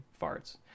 farts